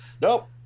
nope